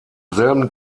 selben